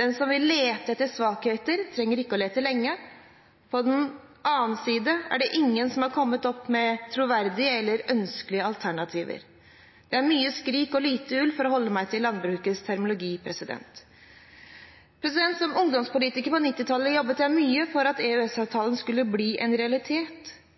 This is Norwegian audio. Den som vil lete etter svakheter, trenger ikke å lete lenge. På den annen side er det ingen som har kommet opp med troverdige eller ønskelige alternativer. Det er mye skrik og lite ull, for å holde meg til landbrukets terminologi. Som ungdomspolitiker på 1990-tallet jobbet jeg mye for at EØS-avtalen skulle bli en realitet,